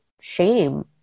shame